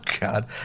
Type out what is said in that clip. god